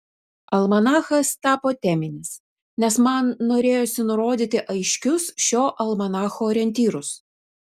almanachas tapo teminis nes man norėjosi nurodyti aiškius šio almanacho orientyrus